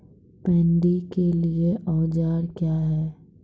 Paddy के लिए औजार क्या हैं?